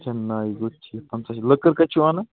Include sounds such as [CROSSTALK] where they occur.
اَچھا نایہِ گوٚو ٹھیٖک [UNINTELLIGIBLE] لٔکٕرکتہِ چھِو اَنن